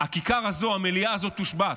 שהכיכר הזאת, המליאה הזאת, יושבתו.